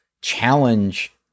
challenge